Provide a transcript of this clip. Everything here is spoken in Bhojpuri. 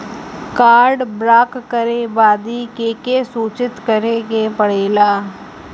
कार्ड ब्लॉक करे बदी के के सूचित करें के पड़ेला?